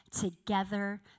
together